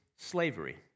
Slavery